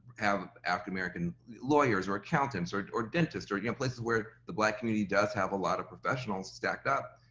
have african american lawyers or accountants or or dentists or you know, places where the black community does have a lot of professionals stacked up,